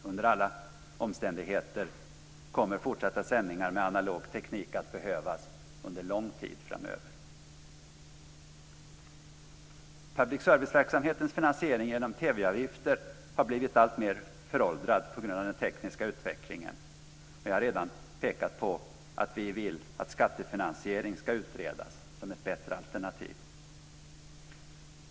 Under alla omständigheter kommer fortsatta sändningar med analog teknik att behövas under lång tid framöver. TV-avgifter har blivit alltmer föråldrad på grund av den tekniska utvecklingen. Jag har redan pekat på att vi vill att skattefinansiering ska utredas som ett bättre alternativ.